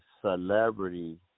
celebrity